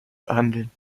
behandeln